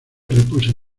repuse